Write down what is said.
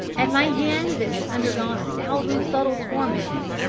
at my hands it had undergone a thousand subtle torments.